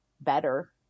better